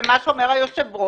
ומה שאומר היושב-ראש,